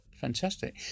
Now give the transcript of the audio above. fantastic